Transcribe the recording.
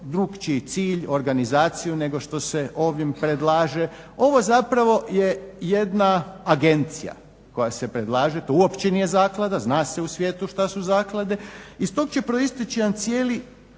drukčiji cilj, organizaciju nego što se ovim predlaže. Ovo zapravo je jedna agencija koja se predlaže to uopće nije zaklada, zna se u svijetu što su zaklade. Iz tog će proisteći jedan cijeli